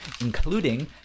including